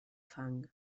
fang